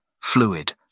fluid